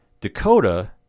Dakota